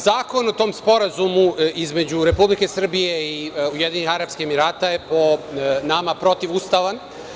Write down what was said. Zakon o tom sporazumu između Vlade Republike Srbije i Ujedinjenih Arapskih Emirata je, po nama, protivustavan.